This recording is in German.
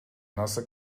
nasse